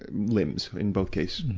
and limbs, in both case,